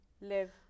live